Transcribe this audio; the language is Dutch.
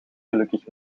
gelukkig